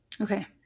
Okay